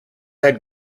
had